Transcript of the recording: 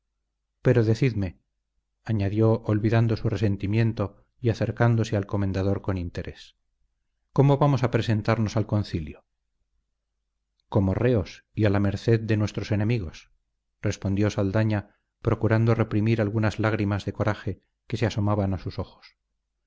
pero decidme añadió olvidando su resentimiento y acercándose al comendador con interés cómo vamos a presentarnos al concilio como reos y a la merced de nuestros enemigos respondió saldaña procurando reprimir algunas lágrimas de coraje que se asomaban a sus ojos